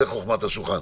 וזו חוכמת השולחן.